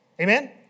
Amen